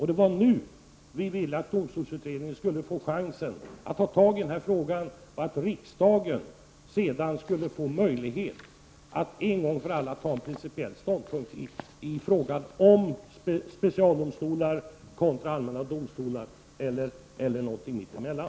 Det var nu vi ville att domstolsutredningen skulle få chansen att ta tag i frågan och att riksdagen sedan skulle få möjlighet att en gång för alla ta principiell ståndpunkt i frågan om vi skall ha specialdomstolar eller allmänna domstolar eller någonting mitt emellan.